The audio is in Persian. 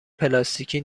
پلاستیکی